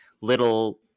little